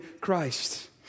Christ